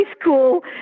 school